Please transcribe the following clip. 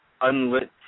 unlit